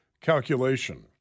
calculation